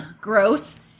gross